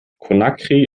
conakry